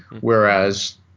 whereas